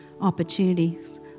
opportunities